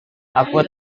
aku